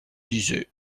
lisait